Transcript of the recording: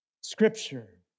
scripture